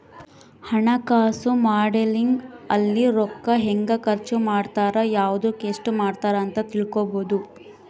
ಹಣಕಾಸು ಮಾಡೆಲಿಂಗ್ ಅಲ್ಲಿ ರೂಕ್ಕ ಹೆಂಗ ಖರ್ಚ ಮಾಡ್ತಾರ ಯವ್ದುಕ್ ಎಸ್ಟ ಮಾಡ್ತಾರ ಅಂತ ತಿಳ್ಕೊಬೊದು